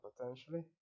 potentially